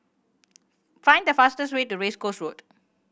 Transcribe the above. find the fastest way to Race Course Road